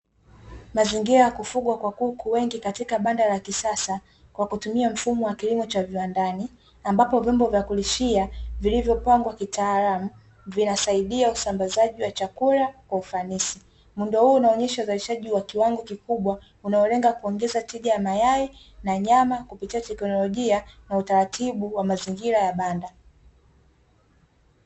Mazingira ya kufugwa kwa kuku wengi katika banda la kisasa kwa kutumia mfumo wa kilimo cha viwandani, ambapo vyombo vya kulishia vilivyopangwa kitaalamu vinasaidia usambazaji wa chakula kwa ufanisi. Muundo huu unaonyesha uzalishaji wa kiwango kikubwa unaolenga kuongeza tija ya mayai na nyama kupitia teknolojia na utaratibu wa mazingira ya banda.